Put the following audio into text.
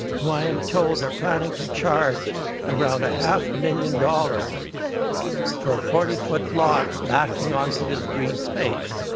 who i am told are planning to charge around a half a million million dollars for a forty foot lot backing onto this green space.